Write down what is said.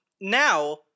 now